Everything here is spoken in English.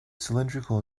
cylindrical